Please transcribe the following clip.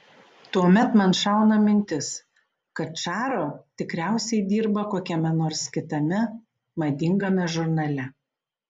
tuomet man šauna mintis kad čaro tikriausiai dirba kokiame nors kitame madingame žurnale